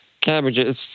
cabbages